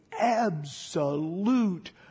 absolute